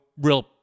real